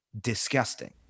disgusting